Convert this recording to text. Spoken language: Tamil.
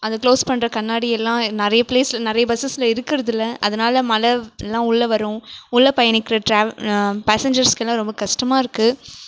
அது க்ளோஸ் பண்ணுற கண்ணாடி எல்லாம் நிறைய ப்ளேஸ் நிறைய பஸ்சஸில் இருக்கிறதில்ல அதனால் மழை எல்லாம் உள்ளே வரும் உள்ளே பயணிக்கிற ட்ரா பேசெஞ்ஜர்ஸ்கெல்லாம் ரொம்ப கஷ்டமா இருக்குது